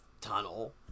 tunnel